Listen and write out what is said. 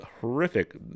horrific